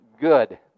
good